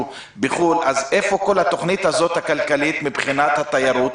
בחו"ל אז איפה כל התוכנית הכלכלית הזאת מבחינת התיירות?